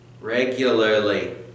regularly